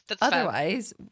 Otherwise